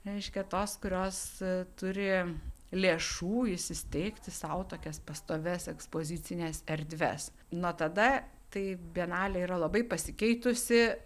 reiškia tos kurios turi lėšų įsisteigti sau tokias pastovias ekspozicines erdves nuo tada tai bienalė yra labai pasikeitusi